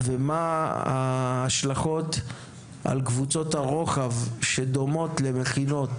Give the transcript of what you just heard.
ומהן ההשלכות על קבוצות הרוחב שדומות למכינות?